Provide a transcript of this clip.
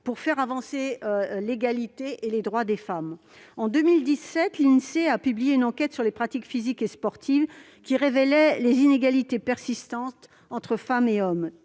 pour faire avancer l'égalité et les droits des femmes. En 2017, l'Insee a publié une enquête sur les pratiques physiques et sportives, qui révélait les inégalités persistantes entre femmes et hommes